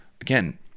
again